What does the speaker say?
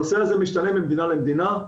הנושא הזה משתנה ממדינה למדינה,